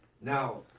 Now